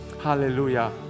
Hallelujah